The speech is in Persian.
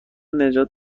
نجات